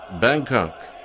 Bangkok